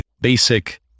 basic